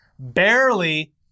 barely